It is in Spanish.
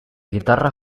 guitarra